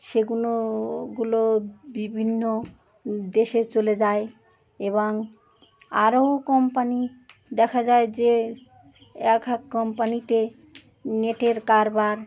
সেগুলো ওগুলো বিভিন্ন দেশে চলে যায় এবং আরও কোম্পানি দেখা যায় যে এক এক কোম্পানিতে নেটের কারবার